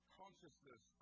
consciousness